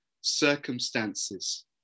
circumstances